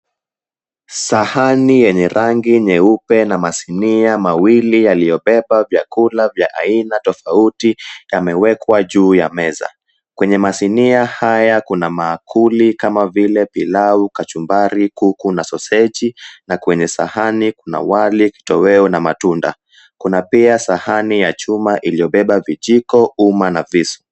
Sahani yenye rangi nyeupe na masinia mawili yaliyobeba vyakula vya aina tofauti yamewekwa juu ya meza kwenye masinia haya kuna maankuli kama vile pilau, kachumbari, kuku na soseji na kwenye sahani kuna wali, kitoweo na matunda kuna pia sahani ya chuma iliyobeba vijiko, uma na visu.